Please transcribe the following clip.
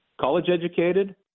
college-educated